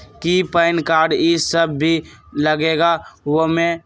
कि PAN card इ सब भी लगेगा वो में?